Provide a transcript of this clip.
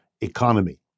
economy